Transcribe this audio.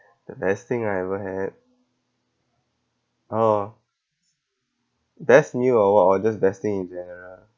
the best thing I ever had oh best meal or or just best thing in general